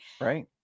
Right